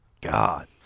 God